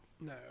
No